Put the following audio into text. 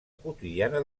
quotidiana